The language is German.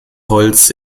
holz